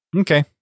Okay